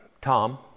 Tom